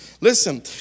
Listen